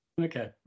Okay